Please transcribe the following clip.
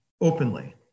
openly